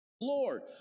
Lord